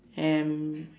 and